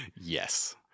Yes